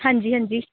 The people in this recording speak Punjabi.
ਹਾਂਜੀ ਹਾਂਜੀ